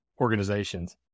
organizations